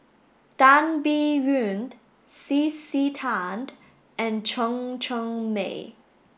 Tan Biyun C C Tan and Chen Cheng Mei